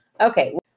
Okay